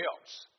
else